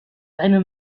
eine